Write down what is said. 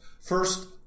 first